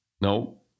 no